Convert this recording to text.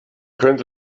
könnte